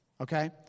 Okay